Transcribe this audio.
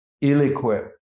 ill-equipped